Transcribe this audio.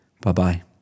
Bye-bye